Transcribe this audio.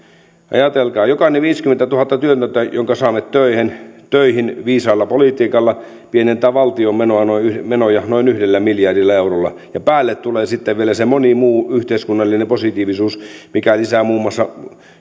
ajatelkaa jokainen viisikymmentätuhatta työtöntä jotka saamme töihin töihin viisaalla politiikalla pienentää valtion menoja noin menoja noin yhdellä miljardilla eurolla ja päälle tulee sitten vielä se moni muu yhteiskunnallinen positiivisuus mikä lisää muun muassa